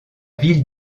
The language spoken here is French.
ville